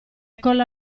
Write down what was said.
colla